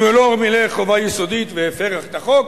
אם הוא לא מילא חובה יסודית והפר את החוק,